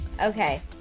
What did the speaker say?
Okay